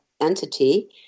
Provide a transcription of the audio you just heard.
entity